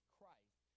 Christ